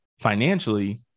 financially